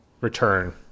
return